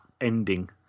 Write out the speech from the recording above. ending